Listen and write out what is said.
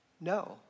No